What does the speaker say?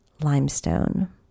limestone